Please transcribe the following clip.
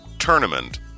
tournament